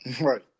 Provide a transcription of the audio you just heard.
right